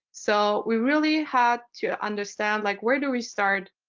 so we really had to understand like where do we start,